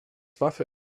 waffe